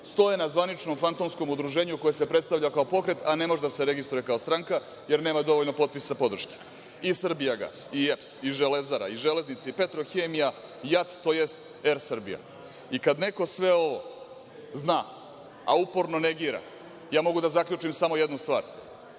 stoje na zvaničnom fantomskom udruženju koje se predstavlja kao pokret, a ne može da se registruje kao stranka jer nema dovoljno potpisa podrške. I „Srbijagas“ i EPS i Železara i Železnice i „Petrohemija“ i JAT, tj. ER Srbija. I kad neko sve ovo zna, a uporno negira, ja mogu da zaključim samo jednu stvar